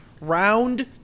round